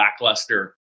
lackluster